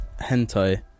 hentai